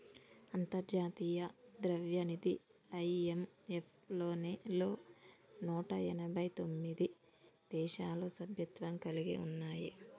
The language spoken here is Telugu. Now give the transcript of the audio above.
అంతర్జాతీయ ద్రవ్యనిధి ఐ.ఎం.ఎఫ్ లో నూట ఎనభై తొమ్మిది దేశాలు సభ్యత్వం కలిగి ఉన్నాయి